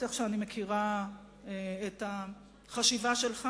איך שאני מכירה את החשיבה שלך,